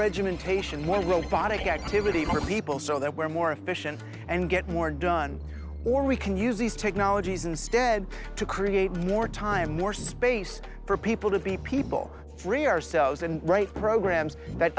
regimentation one robotic activity for people so that we're more efficient and get more done or we can use these technologies instead to create more time more space for people to be people free ourselves and write programs